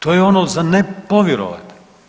To je ono za ne povjerovat.